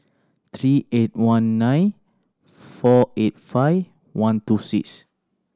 three eight one nine four eight five one two six